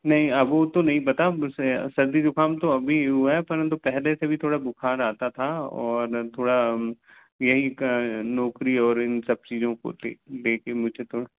नहीं अब वो तो नहीं पता बस यह सर्दी ज़ुख़ाम तो अभी हुआ है परन्तु पहले से भी थोड़ा बुख़ार आता था और थोड़ा यही नौकरी और इन सब चीज़ों को ले ले कर मुझे थोड़ा